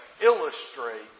illustrate